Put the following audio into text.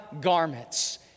garments